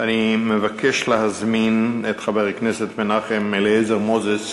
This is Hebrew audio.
אני מבקש להזמין את חבר הכנסת מנחם אליעזר מוזס